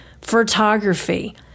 photography